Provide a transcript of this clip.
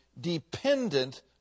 dependent